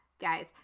guys